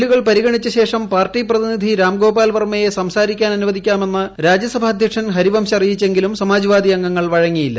ബില്ലുകൾ പരിഗണിച്ചശേഷം പാർട്ടി പ്രതിനിധി രാംഗോപാൽ വർമയെ സംസാരിക്കാൻ അനുവദിക്കാമെന്ന് രാജ്യസഭാ അധ്യക്ഷൻ ഹരിവംശ് അറിയിച്ചെങ്കിലും സമാജ്വാദി അംഗങ്ങൾ വഴങ്ങിയില്ല